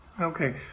Okay